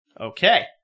Okay